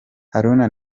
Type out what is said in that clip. haruna